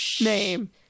name